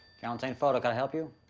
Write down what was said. galantine photo, could i help you?